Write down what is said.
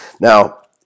Now